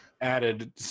added